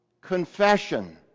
confession